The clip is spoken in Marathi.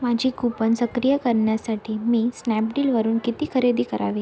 माझी कूपन सक्रिय करण्यासाठी मी स्नॅपडीलवरून किती खरेदी करावी